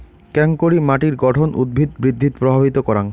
কেঙকরি মাটির গঠন উদ্ভিদ বৃদ্ধিত প্রভাবিত করাং?